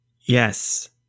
Yes